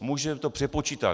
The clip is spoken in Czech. Můžeme to přepočítat.